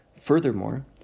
Furthermore